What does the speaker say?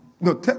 no